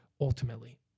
ultimately